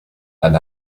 and